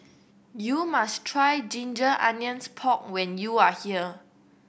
you must try ginger onions pork when you are here